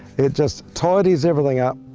it just tidies everything up,